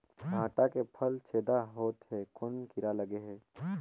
भांटा के फल छेदा होत हे कौन कीरा लगे हे?